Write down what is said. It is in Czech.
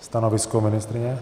Stanovisko ministryně?